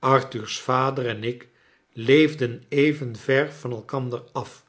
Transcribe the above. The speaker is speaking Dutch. arthur's vader en ik leefden even ver van elkander af